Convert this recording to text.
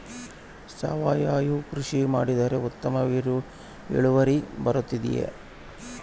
ಸಾವಯುವ ಕೃಷಿ ಮಾಡಿದರೆ ಉತ್ತಮ ಇಳುವರಿ ಬರುತ್ತದೆಯೇ?